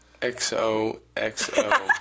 XOXO